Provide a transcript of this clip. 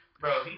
Bro